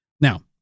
Now